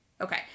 Okay